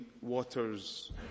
waters